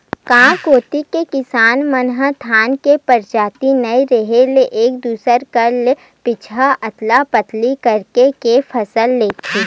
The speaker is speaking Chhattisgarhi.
गांव कोती के किसान मन ह धान के परजाति नइ रेहे ले एक दूसर करा ले बीजहा अदला बदली करके के फसल लेथे